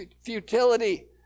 futility